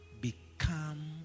become